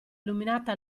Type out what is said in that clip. illuminata